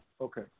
Okay